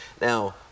Now